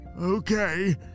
Okay